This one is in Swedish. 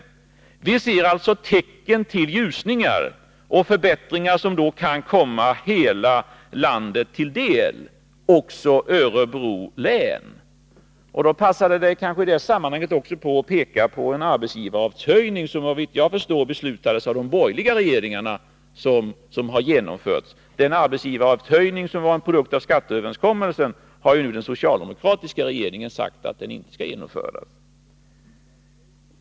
Vi ser alltså tecken till förbättringar som kan komma hela landet till del, också Örebro län. I det här sammanhanget passar det kanske att jag pekar på den höjning av arbetsgivaravgiften som har genomförts och som, såvitt jag förstår, beslutades av de borgerliga regeringarna. Den socialdemokratiska regeringen har sagt att den höjning av arbetsgivaravgiften som var en produkt av skatteöverenskommelsen inte skall genomföras.